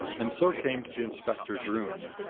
and so came to the inspector's room.